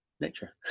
nature